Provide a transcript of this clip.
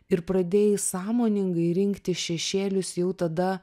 ir pradėjai sąmoningai rinkti šešėlius jau tada